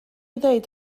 ddweud